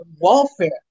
welfare